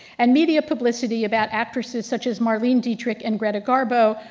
and media publicity about actresses such as marlene dietrich and greta garbo,